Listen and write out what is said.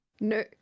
No